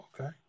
okay